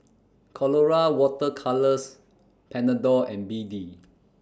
Colora Water Colours Panadol and B D